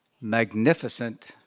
magnificent